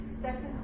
Second